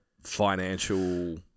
financial